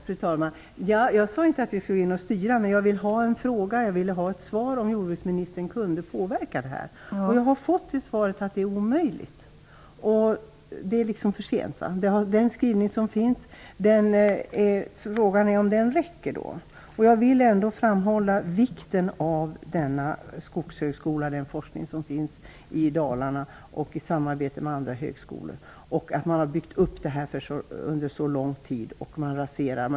Fru talman! Jag sade inte att vi skulle gå in och styra. Jag ville ha ett svar på frågan om jordbruksministern kunde påverka detta. Jag har fått svaret att det är omöjligt. Det är för sent. Frågan är om den skrivning som finns räcker. Jag vill framhålla vikten av denna skogshögskola och den forskning som bedrivs i Dalarna i samarbete med andra högskolor. Man har byggt upp detta under så lång tid, och det kan nu raseras.